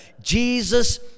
Jesus